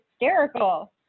hysterical